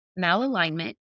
malalignment